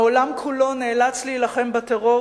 העולם כולו נאלץ להילחם בטרור,